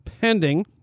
pending